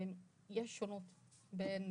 יש שונות בין